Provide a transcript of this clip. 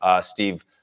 Steve